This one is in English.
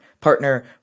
partner